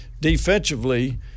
Defensively